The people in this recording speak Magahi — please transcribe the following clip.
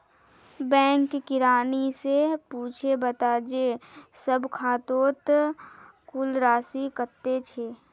बैंक किरानी स पूछे बता जे सब खातौत कुल राशि कत्ते छ